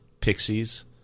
Pixies